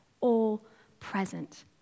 all-present